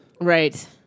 Right